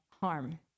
harm